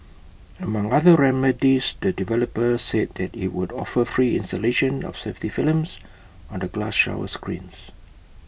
among other remedies the developer said that IT would offer free installation of safety films on the glass shower screens